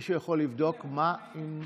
מישהו יכול לבדוק מה עם,